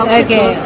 okay